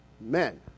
men